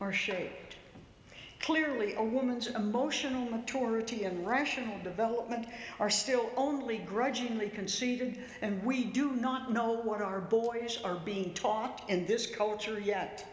or shape clearly a woman's emotional maturity and rational development are still only grudgingly conceded and we do not know what our boys are being taught in this culture yet